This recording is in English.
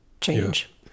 change